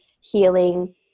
healing